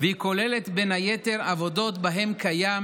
והיא כוללת בין היתר עבודות שבהן קיים